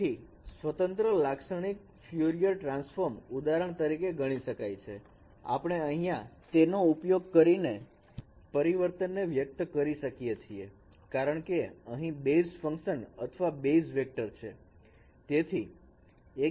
તેથી સ્વતંત્ર લાક્ષણિક ફ્યુરિયર ટ્રાન્સફોર્મ ઉદાહરણ તરીકે ગણી શકાય છે આપણે અહીંયા તેનો ઉપયોગ કરીને પરિવર્તનને વ્યક્ત કરી શકીએ છીએ કારણકે તે અહીં બેઝ ફંકશન અથવા બેઝ વેક્ટર છે